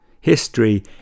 History